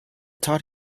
taught